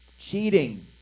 cheating